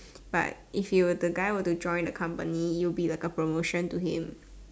but if he were the guy were to join the company it'll be like a promotion to him